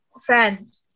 friend